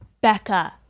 Becca